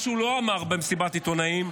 מה שהוא לא אמר במסיבת העיתונאים,